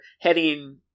heading